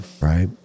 right